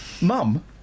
Mum